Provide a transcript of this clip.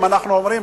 אם אנחנו אומרים,